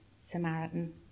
Samaritan